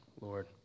Lord